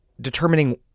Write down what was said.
determining